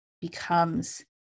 becomes